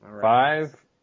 Five